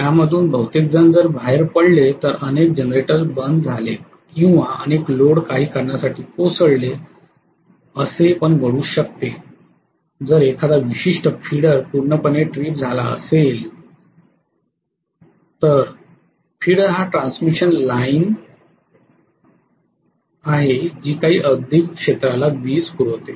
त्यामधून बहुतेक जण बाहेर पडलेत तर अनेक जनरेटर्स बंद झालेत किंवा अनेक लोड काही कारणासाठी कोसळले असे पण घडू शकते जर एखादा विशिष्ट फिडर पूर्णपणे ट्रीप झाला असेल फिडर हा ट्रान्समिशन लाईन आहे जी काही औद्योगिक क्षेत्राला वीज पुरवते